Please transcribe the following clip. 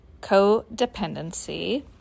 codependency